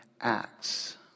acts